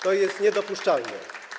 To jest niedopuszczalne.